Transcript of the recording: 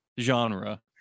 genre